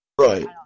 Right